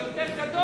זה יותר גדול,